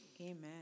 Amen